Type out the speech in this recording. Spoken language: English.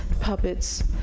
Puppets